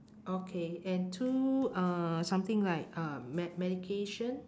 okay and two uh something like um med~ medication